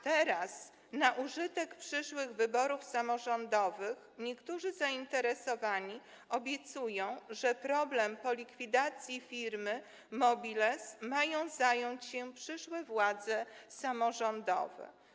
Teraz na użytek przyszłych wyborów samorządowych niektórzy zainteresowani obiecują, że problemem po likwidacji firmy Mobiles mają zająć się przyszłe władze samorządowe.